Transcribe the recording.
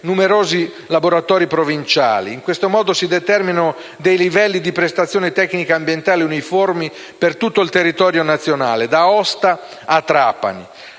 numerosi laboratori provinciali. In questo modo si determinano dei livelli di prestazione tecnica ambientale uniformi per tutto il territorio nazionale, da Aosta a Trapani.